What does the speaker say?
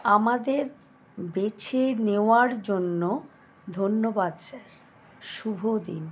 আমাদের বেছে নেওয়ার জন্য ধন্যবাদ স্যর শুভ দিন